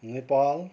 Nepal